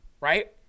right